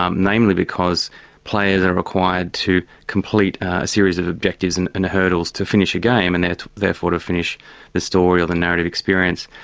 um mainly because players are required to complete a series of objectives and and hurdles to finish a game, and therefore to finish the story or the narrative experience.